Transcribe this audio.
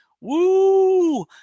Woo